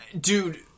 dude